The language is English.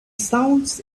sounds